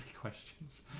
questions